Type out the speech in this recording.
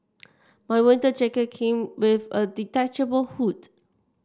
my winter jacket came with a detachable hood